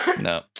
No